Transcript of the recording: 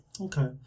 Okay